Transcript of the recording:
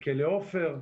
של כלא עופר.